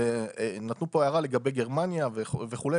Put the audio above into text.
נתנו פה הערה לגבי גרמניה וכולי,